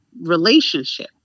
relationship